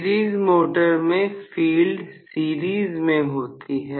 series motor में field series में होती है